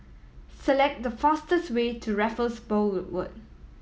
select the fastest way to Raffles Boulevard